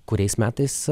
kuriais metais